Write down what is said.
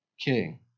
King